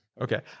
Okay